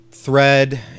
thread